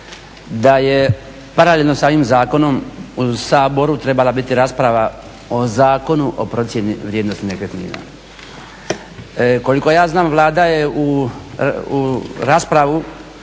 da je paralelno sa ovim zakonom u Saboru trebala biti rasprava o Zakonu o procjeni vrijednosti nekretnina. Koliko ja znam Vlada je u raspravu